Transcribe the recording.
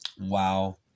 Wow